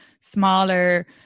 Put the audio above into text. smaller